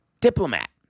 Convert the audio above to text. diplomat